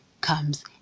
comes